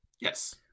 Yes